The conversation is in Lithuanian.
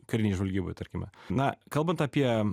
karinėj žvalgyboj tarkime na kalbant apie